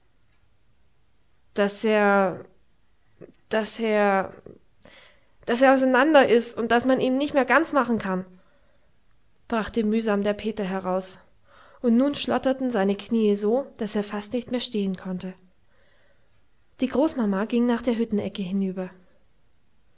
er daß er daß er auseinander ist und man ihn nicht mehr ganz machen kann brachte mühsam der peter heraus und nun schlotterten seine knie so daß er fast nicht mehr stehen konnte die großmama ging nach der hüttenecke hinüber